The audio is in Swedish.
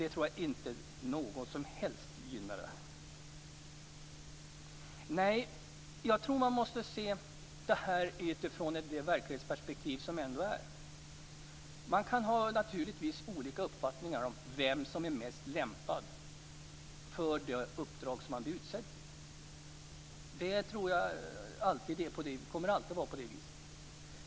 Jag tror inte att det gynnar någon. Nej, jag tror att man måste se det här utifrån verklighetsperspektivet. Man kan naturligtvis ha olika uppfattningar om vem som är mest lämpad för det uppdrag som någon skall utses till. Jag tror att det alltid kommer att vara på det sättet.